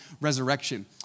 resurrection